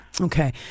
Okay